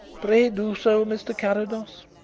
pray do so, mr. carrados,